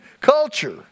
culture